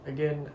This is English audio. Again